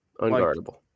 Unguardable